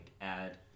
add